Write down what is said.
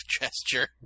gesture